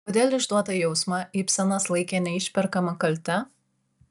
kodėl išduotą jausmą ibsenas laikė neišperkama kalte